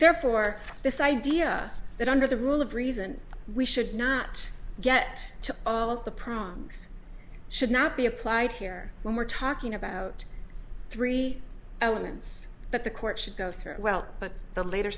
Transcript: therefore this idea that under the rule of reason we should not get to zero the prongs should not be applied here when we're talking about three elements but the court should go through it well but the later